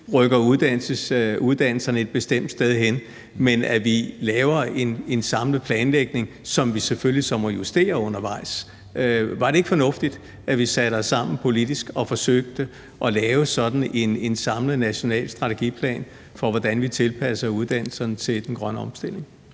rykker uddannelserne et bestemt sted hen, men at vi laver en samlet planlægning, som vi selvfølgelig så må justere undervejs. Var det ikke fornuftigt, at vi satte os sammen politisk og forsøgte at lave sådan en samlet national strategiplan for, hvordan vi tilpasser uddannelserne til den grønne omstilling?